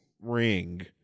ring